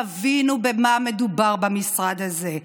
תבינו במה מדובר במשרד הזה.